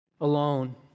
alone